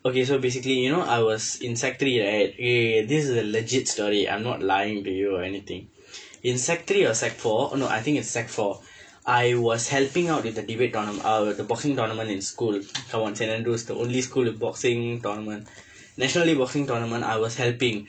okay so basically you know I was in sec three right okay okay okay this is a legit story I'm not lying to you or anything in sec three or sec four oh no I think it was sec four I was helping out with the debate tournament uh the boxing tournament in school come on saint andrews the only school with boxing tournament national league boxing tournament I was helping